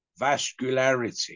vascularity